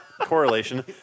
correlation